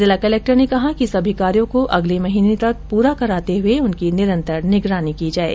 जिला कलक्टर ने कहा कि सभी कार्यों को अगले महीने तक पूरा कराते हुए उनकी निरन्तर निगरानी की जाये